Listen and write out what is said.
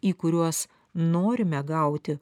į kuriuos norime gauti